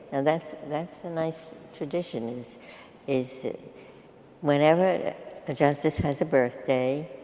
and thats thats a nice tradition is is whenever a justice has a birthday,